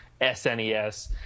SNES